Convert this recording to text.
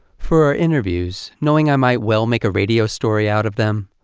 for our interviews, knowing i might well make a radio story out of them,